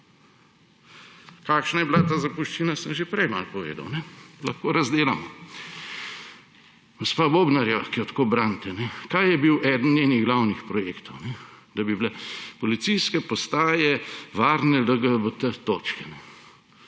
Kakšna je bila ta zapuščina, sem že prej malo povedal, lahko razdelam. Gospa Bobnar, ki jo tako branite, kaj je bil eden njenih glavnih projektov? Da bi bile policijske postaje varne LGBT-točke.